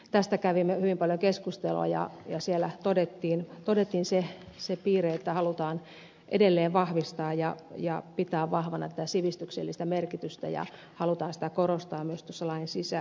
tästä kävimme hyvin paljon keskustelua ja siellä todettiin se piirre että halutaan edelleen vahvistaa ja pitää vahvana tätä sivistyksellistä merkitystä ja halutaan sitä korostaa myös tuossa lain sisällössä